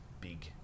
big